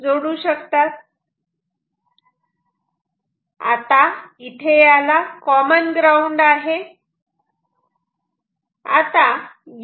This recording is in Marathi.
आता इथे याला कॉमन ग्राऊंड आहे